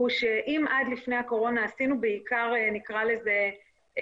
הוא שאם עד לפני הקורונה נתנו חכות,